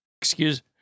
Excuse